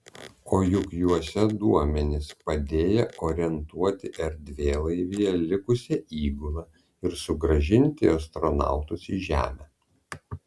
o juk juose duomenys padėję orientuoti erdvėlaivyje likusią įgulą ir sugrąžinti astronautus į žemę